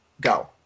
Go